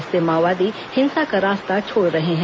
इससे माओवादी हिंसा का रास्ता छोड़ रहे हैं